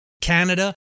Canada